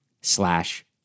slash